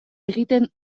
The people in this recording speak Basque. egiten